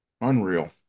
Unreal